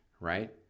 Right